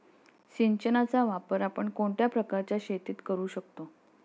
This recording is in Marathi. सिंचनाचा वापर आपण कोणत्या प्रकारच्या शेतीत करू शकतो?